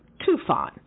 Tufan